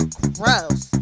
gross